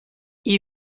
gli